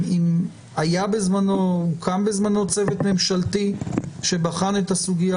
אם הוקם בזמנו צוות ממשלתי שבחן את הסוגיה